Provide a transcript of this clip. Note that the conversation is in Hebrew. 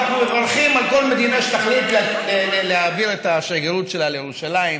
אנחנו מברכים על כל מדינה שתחליט להעביר את השגרירות שלה לירושלים,